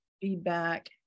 feedback